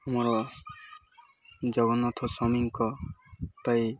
ମୋର ଜଗନ୍ନାଥ ସ୍ୱାମୀଙ୍କ ପାଇଁ